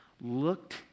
looked